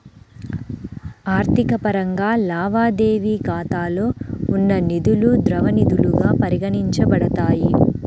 ఆర్థిక పరంగా, లావాదేవీ ఖాతాలో ఉన్న నిధులుద్రవ నిధులుగా పరిగణించబడతాయి